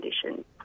conditions